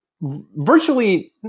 virtually